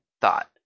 thought